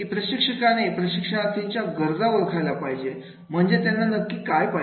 प्रशिक्षकाने प्रशिक्षणार्थींच्या गरजा ओळखायला पाहिजे म्हणजे त्यांना नक्की काय पाहिजे